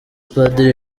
padiri